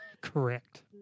Correct